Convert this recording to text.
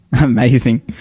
Amazing